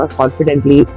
confidently